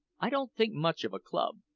i don't think much of a club,